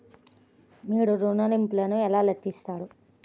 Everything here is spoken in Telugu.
మీరు ఋణ ల్లింపులను ఎలా లెక్కిస్తారు?